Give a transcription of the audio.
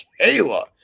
Kayla